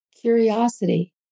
Curiosity